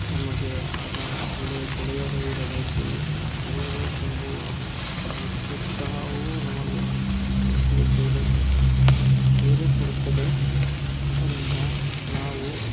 ನಮಗೆ ಆದ ಒಳ್ಳೆಯ ಗೆಳೆಯರು ಇರಬೇಕು ಅವರು ತುಂಬುವ ನಮಗೆ ಪ್ರೋತ್ಸಾಹವೂ ನಮಗೆ ಆಸೆ ಧೈರ್ಯ ಕೊಡುತ್ತದೆ ಧೈರ್ಯ ಕೊಡುತ್ತದೆ ಆದ್ದರಿಂದ ನಾವು